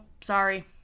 sorry